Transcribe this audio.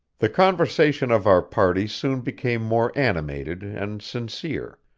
the conversation of our party soon became more animated and sincere,